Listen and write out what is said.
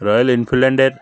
royal এনফিলডের